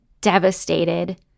devastated